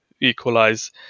equalize